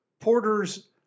Porter's